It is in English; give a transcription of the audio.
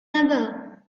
ever